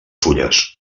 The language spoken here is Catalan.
fulles